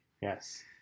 Yes